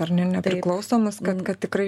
ar ne nepriklausomus kad tikrai